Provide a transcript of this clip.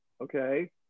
Okay